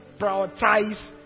prioritize